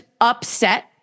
upset